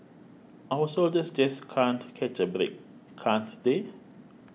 our soldiers just can't catch a break can't they